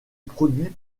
produit